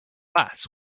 glass